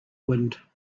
wind